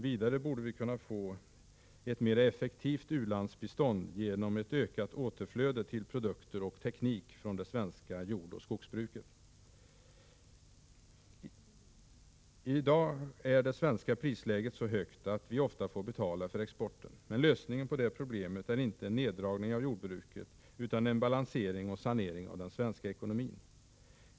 Vidare borde vi kunna få ett mer effektivt ulandsbistånd genom ett ökat återflöde till produkter och teknik från det svenska jordoch skogsbruket. I dag är det svenska prisläget så högt, att vi ofta får betala för exporten. Men lösningen på det problemet är inte en neddragning av jordbruket utan en balansering och sanering av den svenska ekonomin.